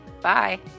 Bye